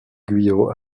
guyot